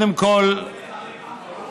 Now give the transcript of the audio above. אתה רוצה לחלק אחריות?